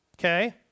okay